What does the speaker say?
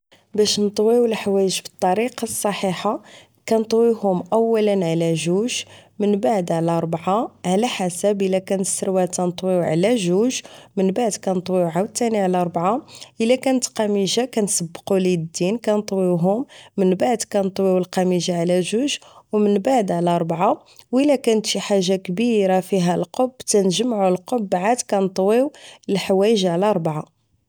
باش نطويو الحوايج بالطريقة الصحيحة كنطويوهم اولا على جوج من بعد على ربعة على حسب الا كان السروال كنطويوه على جوج بعد كنطويوه عاوتاني على ربعة الا كانت قميجة كنسبقو ليدين كنطويوهم من بعد كنطويو القميجة على جوج و من بعد على ربعة و الا كانت شي حاجة كبيرة فيها القب كنجمعو القب عاد كنطويو الحوايج على ربعة